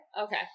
Okay